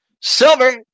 Silver